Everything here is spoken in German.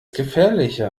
gefährliche